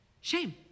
Shame